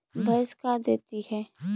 भैंस का देती है?